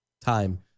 Time